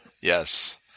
Yes